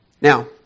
Now